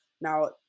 Now